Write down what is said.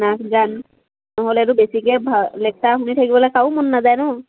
নাচ গান নহ'লেতো বেছিকৈ লেকচাৰ শুনি থাকিবলৈ কাৰো মন নাযায় ন